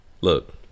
look